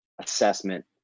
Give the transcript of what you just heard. assessment